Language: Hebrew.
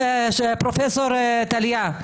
פרופ' טליה.